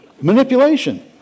Manipulation